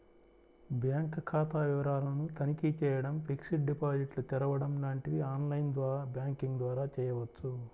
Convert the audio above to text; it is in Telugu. బ్యాంక్ ఖాతా వివరాలను తనిఖీ చేయడం, ఫిక్స్డ్ డిపాజిట్లు తెరవడం లాంటివి ఆన్ లైన్ బ్యాంకింగ్ ద్వారా చేయవచ్చు